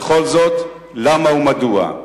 וכל זאת למה ומדוע?